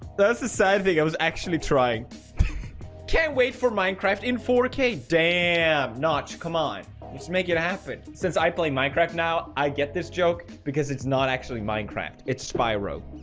that's the sad thing. i was actually trying can't wait for minecraft in four k damn, notch. come on you just make it happen since i play minecraft now. i get this joke because it's not actually minecraft. it's spyro